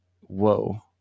whoa